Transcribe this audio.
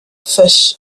fish